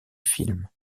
film